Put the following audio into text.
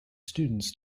students